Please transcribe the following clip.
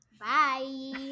Bye